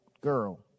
girl